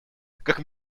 как